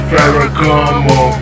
Ferragamo